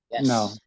No